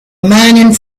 mining